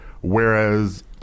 whereas